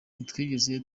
ntitwigeze